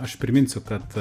aš priminsiu kad